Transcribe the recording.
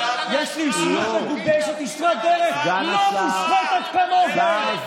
החליפו לך אוטו, הוסיפו לך עוד אנשים.